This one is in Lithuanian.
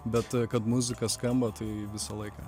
bet kad muzika skamba tai visą laiką